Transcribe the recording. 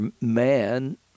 man